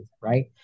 right